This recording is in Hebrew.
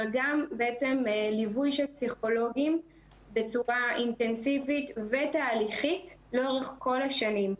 אבל גם ליווי של פסיכולוגים בצורה אינטנסיבית ותהליכית לאורך כל השנים.